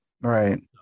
right